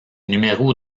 numéros